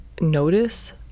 notice